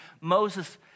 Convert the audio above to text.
Moses